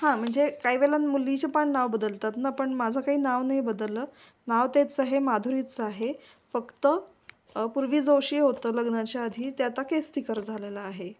हां म्हणजे काही वेळा मुलीचें पण नाव बदलतात ना पण माझं काही नाव नाही बदललं नाव तेच आहे माधुरीचं आहे फक्त पूर्वी जोशी होतं लग्नाच्या आधी ते आता केसतिकर झालेलं आहे